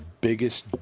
biggest